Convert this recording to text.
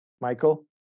Michael